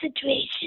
situation